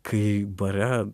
kai bare